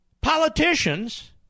politicians